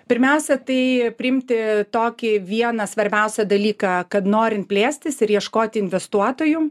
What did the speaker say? pirmiausia tai priimti tokį vieną svarbiausią dalyką kad norint plėstis ir ieškoti investuotojų